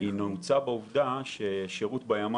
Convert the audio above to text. ההסבר לכך נעוץ בעובדה ששירות ב- --,